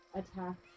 attack